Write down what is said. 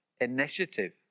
initiative